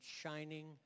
shining